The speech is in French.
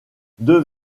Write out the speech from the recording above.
deux